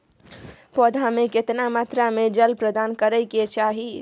पौधों में केतना मात्रा में जल प्रदान करै के चाही?